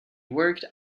worked